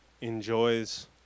enjoys